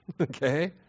okay